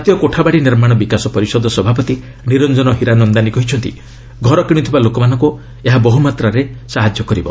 ଜାତୀୟ କୋଠାବାଡ଼ି ନିର୍ମାଣ ବିକାଶ ପରିଷଦ ସଭାପତି ନିରଞ୍ଜନ ହିରାନନ୍ଦାନୀ କହିଛନ୍ତି ଘର କିଣୁଥିବା ଲୋକମାନଙ୍କୁ ଏହା ବହୁମାତ୍ରାରେ ସହାୟତା କରିବ